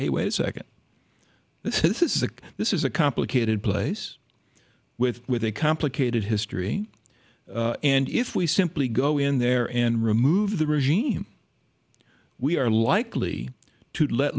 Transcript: wait a second this is a this is a complicated place with with a complicated history and if we simply go in there and remove the regime we are likely to let